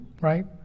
right